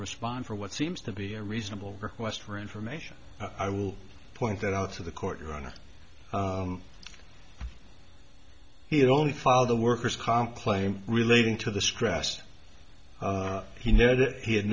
respond for what seems to be a reasonable request for information i will point that out to the court your honor he had only file the worker's comp claim relating to the stress he knows that he had